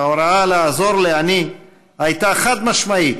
וההוראה לעזור לעני הייתה חד-משמעית: